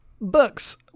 books